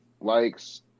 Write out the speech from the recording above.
likes